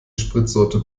spritsorte